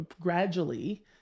gradually